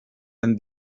and